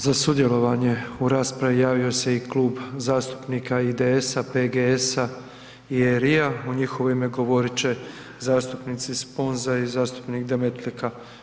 Za sudjelovanje u raspravi javio se i Klub zastupnika IDS-PGS-RI-a, u njihovo ime govorit će zastupnici Sponza i zastupnik Demetlika.